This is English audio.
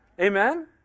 Amen